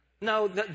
No